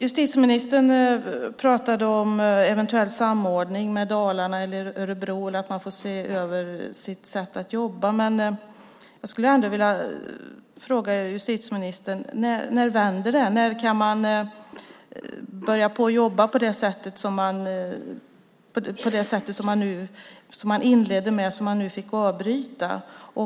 Justitieministern talade om eventuell samordning med Dalarna eller Örebro eller att man får se över sitt sätt att jobba. Jag skulle ändå vilja fråga justitieministern: När vänder det? När kan man fortsätta jobba på det sätt som man påbörjade och fick avbryta?